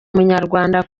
umunyarwanda